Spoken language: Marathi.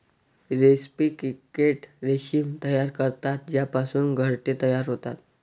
रेस्पी क्रिकेट रेशीम तयार करतात ज्यापासून घरटे तयार होतात